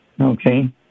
okay